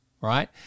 right